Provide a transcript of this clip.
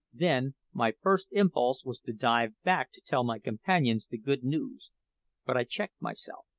then my first impulse was to dive back to tell my companions the good news but i checked myself,